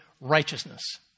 righteousness